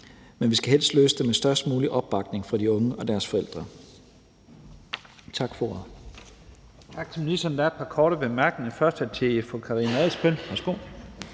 Men vi skal helst løse det med størst mulig opbakning fra de unge og deres forældre.